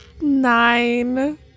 Nine